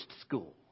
school